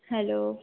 hello